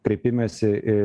kreipimesi į